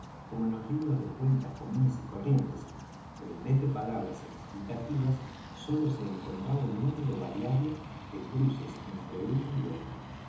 como en los libros de cuentas comunes y corrientes pero en vez de palabras explicativas sólo se encontraba un número variable de cruces entre una y otra